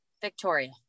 Victoria